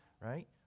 right